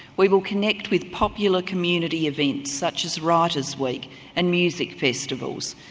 we will connect with popular community events such as writers' week and music festivals.